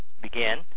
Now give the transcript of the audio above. begin